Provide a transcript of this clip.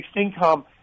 income